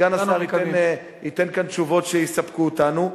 שסגן השר ייתן כאן תשובות שיספקו אותנו,